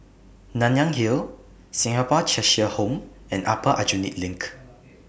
Nanyang Hill Singapore Cheshire Home and Upper Aljunied LINK